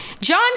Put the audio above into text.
John